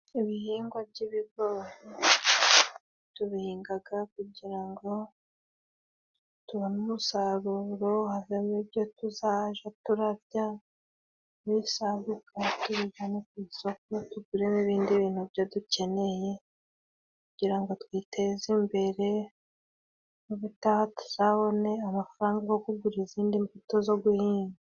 Ibihingwa by'ibigori tubihingaga kugira ngo tubone umusaruro, havemo ibyo tuzaja turarya, nibisaguka tubijane ku isoko tugure n'ibindi bintu byo dukeneye, kugira ngo twiteze imbere ubutaha tuzabone amafaranga yo kugura izindi mbuto zo guhinga.